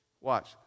watch